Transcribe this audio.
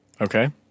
Okay